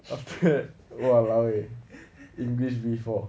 okay !walao! eh english B four